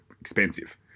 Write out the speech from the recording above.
expensive